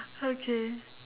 okay